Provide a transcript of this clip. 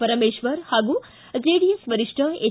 ಪರಮೇಶ್ವರ್ ಹಾಗೂ ಜೆಡಿಎಸ್ ವರಿಷ್ಠ ಎಚ್